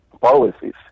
policies